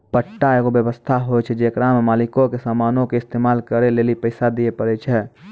पट्टा एगो व्य्वस्था होय छै जेकरा मे मालिको के समानो के इस्तेमाल करै लेली पैसा दिये पड़ै छै